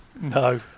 No